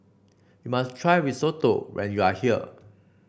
you must try Risotto when you are here